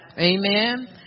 Amen